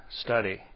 study